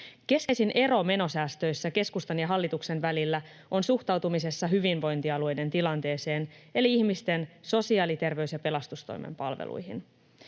Keskeisin ero menosäästöissä keskustan ja hallituksen välillä on suhtautuminen hyvinvointialueiden tilanteeseen eli ihmisten sosiaali-, terveys- ja pelastustoimen palveluihin.